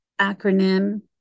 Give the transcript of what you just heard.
acronym